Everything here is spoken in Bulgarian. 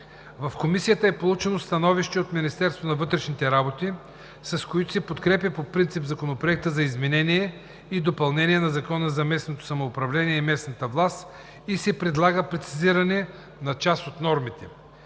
от Министерството на вътрешните работи, с което се подкрепя по принцип Законопроектът за изменение и допълнение на Закона за местното самоуправление и местната власт и се предлага прецизиране на част от нормите.